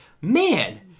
man